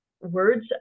words